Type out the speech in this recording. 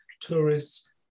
tourists